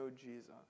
Jesus